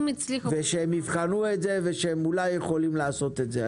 ושהם יבחנו את זה ואולי יכולים לעשות את זה.